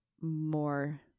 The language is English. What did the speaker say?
more